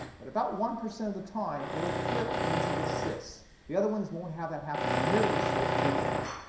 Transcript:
but about one percent of the time, it'll flip into the cis. the other ones won't have that happen nearly so frequently.